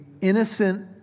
innocent